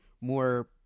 more